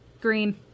Green